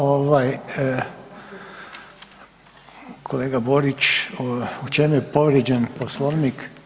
Ovaj, kolega Borić u čem je povrijeđen Poslovnik?